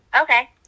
okay